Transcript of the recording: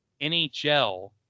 NHL